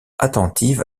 attentive